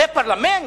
זה פרלמנט?